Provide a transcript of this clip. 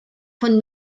von